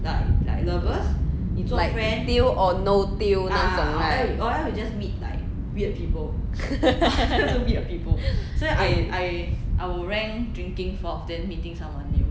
like deal or no deal 那种 right